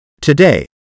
Today